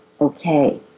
okay